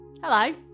Hello